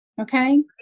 okay